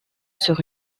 sur